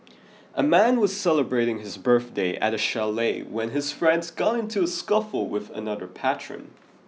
a man was celebrating his birthday at a chalet when his friends got into a scuffle with another patron